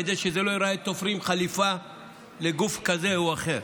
כדי שלא ייראה שתופרים חליפה לגוף כזה או אחר.